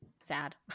sad